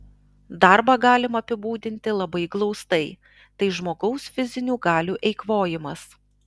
darbą galima apibūdinti labai glaustai tai žmogaus fizinių galių eikvojimas